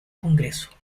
congreso